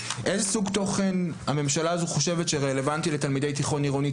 איזה סוג תוכן הממשלה הזו חושבת שרלוונטי לתלמידי תיכון עירוני